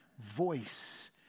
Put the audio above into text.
voice